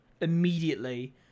immediately